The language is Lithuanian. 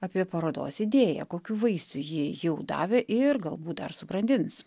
apie parodos idėją kokių vaisių ji jau davė ir galbūt dar subrandins